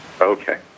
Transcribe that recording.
Okay